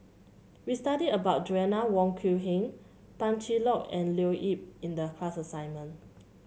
we studied about Joanna Wong Quee Heng Tan Cheng Lock and Leo Yip in the class assignment